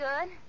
good